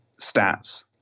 stats